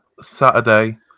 Saturday